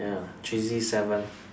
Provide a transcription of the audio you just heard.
ya cheesy seven